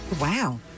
Wow